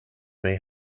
may